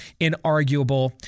inarguable